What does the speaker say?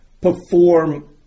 perform